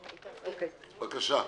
בבקשה.